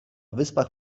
wyspach